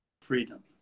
freedom